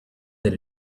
that